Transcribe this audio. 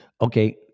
Okay